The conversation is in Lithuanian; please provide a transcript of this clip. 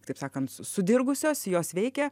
taip sakant su sudirgusios jos veikia